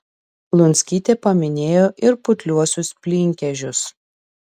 lunskytė paminėjo ir putliuosius plynkežius